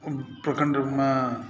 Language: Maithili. प्रखण्डमे